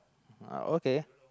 uh okay